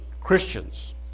Christians